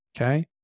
okay